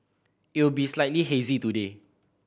it will be slightly hazy today